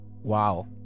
Wow